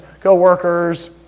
co-workers